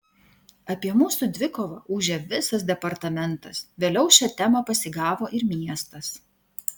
apie mūsų dvikovą ūžė visas departamentas vėliau šią temą pasigavo ir miestas